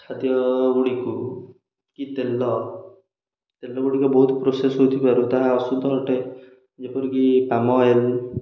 ଖାଦ୍ୟଗୁଡ଼ିକୁ କି ତେଲ ତେଲ ଗୁଡ଼ିକ ବହୁତ ପ୍ରୋସେସ୍ ହୋଇଥିବାରୁ ତାହା ଅଶୁଦ୍ଧ ଅଟେ ଯେପରିକି ପାମ ଅଏଲ୍